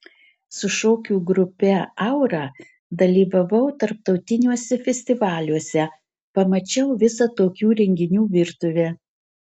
su šokių grupe aura dalyvavau tarptautiniuose festivaliuose pamačiau visą tokių renginių virtuvę